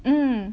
mm